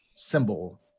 symbol